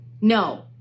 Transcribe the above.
no